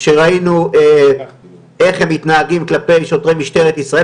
שראינו איך הם מתנהגים כלפי שוטרי משטרת ישראל,